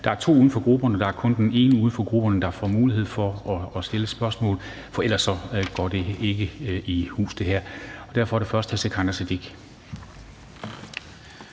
Der er to uden for grupperne, men det er kun den ene uden for grupperne, der får mulighed for at stille et spørgsmål, for ellers får vi ikke det her i hus. Derfor er det først hr. Sikandar Siddique.